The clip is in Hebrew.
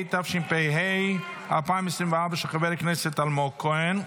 התשפ"ה 2024 של חבר הכנסת אלמוג כהן.